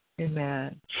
Amen